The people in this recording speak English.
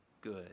good